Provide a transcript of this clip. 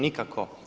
Nikako.